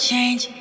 Change